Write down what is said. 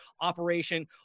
Operation